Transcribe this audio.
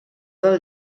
del